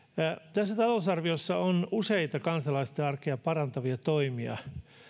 tässä talousarviossa on useita kansalaisten arkea parantavia toimia